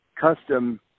custom